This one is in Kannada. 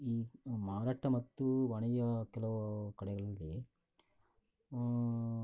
ಈ ಈ ಮಾರಾಟ ಮತ್ತು ವಾಣಿಜ್ಯದ ಕೆಲವು ಕಡೆಗಳಲ್ಲಿ